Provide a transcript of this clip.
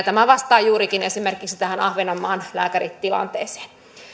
tämä vastaa juurikin esimerkiksi tähän ahvenanmaan lääkäritilanteeseen